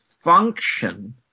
function